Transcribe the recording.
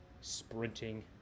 Sprinting